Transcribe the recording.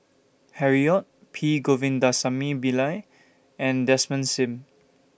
Harry ORD P Govindasamy Pillai and Desmond SIM